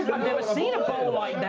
never seen a bowl like that.